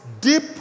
deep